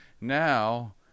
Now